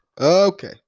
okay